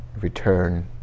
return